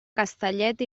castellet